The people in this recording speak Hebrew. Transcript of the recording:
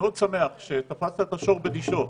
מאוד שמח שתפסת את השור בדישו,